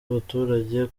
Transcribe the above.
abaturage